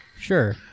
Sure